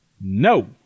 No